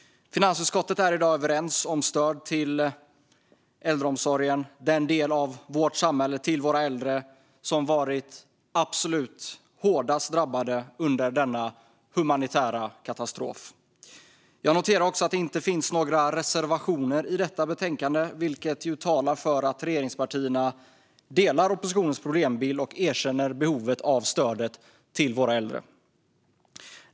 Finansutskottet är i dag överens om stöd till äldreomsorgen och till våra äldre, som varit absolut hårdast drabbade under denna humanitära katastrof. Jag noterar att det inte finns några reservationer i detta betänkande, vilket talar för att regeringspartierna delar oppositionens problembild och erkänner behovet av stöd till våra äldre.